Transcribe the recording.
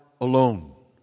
alone